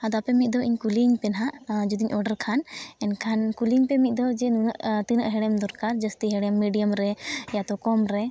ᱟᱫᱚ ᱟᱯᱮ ᱢᱤᱫ ᱫᱷᱟᱹᱣ ᱤᱧ ᱠᱩᱞᱤᱧ ᱯᱮ ᱱᱟᱦᱟᱜ ᱡᱩᱫᱤᱧ ᱚᱰᱟᱨ ᱠᱷᱟᱱ ᱮᱱᱠᱷᱟᱱ ᱠᱩᱞᱤᱧ ᱯᱮ ᱢᱤᱫ ᱫᱷᱟᱣ ᱡᱮ ᱱᱩᱱᱟᱹᱜ ᱛᱤᱱᱟᱹᱜ ᱦᱮᱬᱮᱢ ᱫᱚᱨᱠᱟᱨ ᱡᱟᱹᱥᱛᱤ ᱦᱮᱬᱮᱢ ᱢᱤᱰᱤᱭᱟᱢ ᱨᱮ ᱤᱭᱟᱛᱚ ᱠᱚᱢ ᱨᱮ